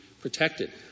protected